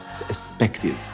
perspective